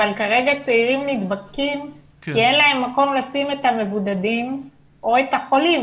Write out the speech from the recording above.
אבל כרגע צעירים נדבקים כי אין להם מקום לשים את המבודדים או את החולים,